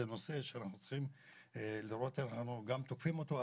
זה נושא שאנחנו צריכים לראות איך אנחנו גם תוקפים אותו,